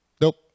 nope